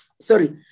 sorry